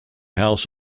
house